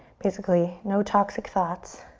basically no toxic thoughts.